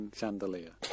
chandelier